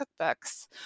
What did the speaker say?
cookbooks